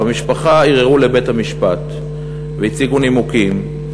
המשפחה ערערה לבית-המשפט והציגה נימוקים.